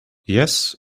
yes